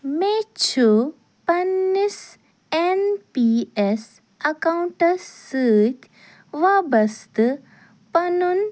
مےٚ چھُ پننِس ایٚن پی ایٚس ایٚکاونٛٹس سۭتۍ وابستہٕ پنُن